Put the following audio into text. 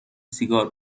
سیگار